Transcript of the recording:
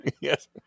yes